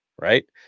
right